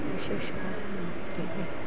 ವಿಶೇಷವಾಗಿ ಮಾಡುತ್ತೇವೆ